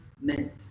meant